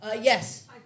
Yes